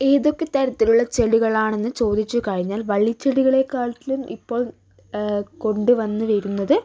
ഏതൊക്കെ തരത്തിലുള്ള ചെടികളാണെന്നു ചോദിച്ചു കഴിഞ്ഞാൽ വള്ളിച്ചെടികളെക്കാളും ഇപ്പോൾ കൊണ്ടുവന്ന് വരുന്നത്